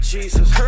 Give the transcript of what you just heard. Jesus